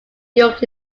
york